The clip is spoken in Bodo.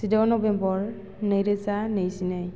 जिद' नबेम्बर नैरोजा नैजिनै